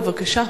בבקשה.